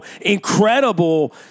incredible